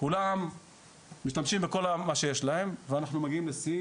כולם משתמשים בכל מה שיש להם ואנחנו מגיעים לשיאים.